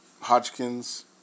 Hodgkins